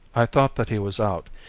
i thought that he was out,